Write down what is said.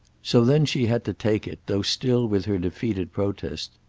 so then she had to take it, though still with her defeated protest.